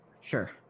Sure